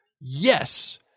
Yes